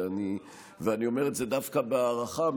ואני אומר את זה דווקא בהערכה,